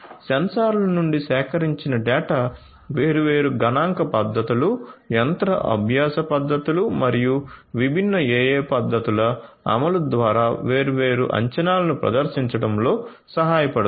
సెన్సార్ల నుండి సేకరించిన డేటా వేర్వేరు గణాంక పద్ధతులు యంత్ర అభ్యాస పద్ధతులు మరియు విభిన్న AI పద్ధతుల అమలు ద్వారా వేర్వేరు అంచనాలను ప్రదర్శించడంలో సహాయపడుతుంది